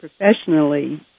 professionally